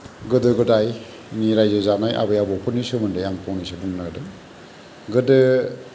गोदो गोदायनि रायजो जानाय आबै आबौफोरनि सोमोन्दै आं फंनैसो बुंनो नागिरदों गोदो